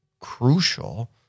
crucial